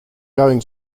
going